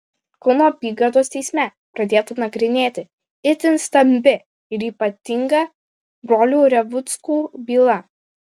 kauno apygardos teisme pradėta nagrinėti itin stambi ir ypatinga brolių revuckų byla